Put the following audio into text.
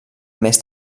més